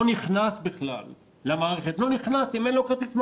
לא נכנס בכלל למערכת אם אין לו כרטיס מגנטי.